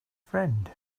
friend